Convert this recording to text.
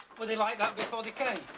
were they like that before they came?